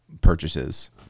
purchases